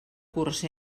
curs